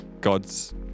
God's